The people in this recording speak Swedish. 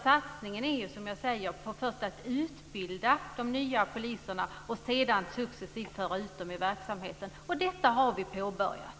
Satsningen innebär att man först utbildar nya poliser och sedan successivt för ut dem i verksamheten. Det har vi påbörjat.